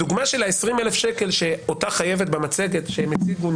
בדוגמה של ה-20,000 שקל של אותה חייבת במצגת שהם הציגו,